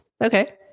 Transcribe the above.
Okay